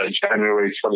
January